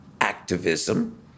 activism